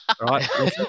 right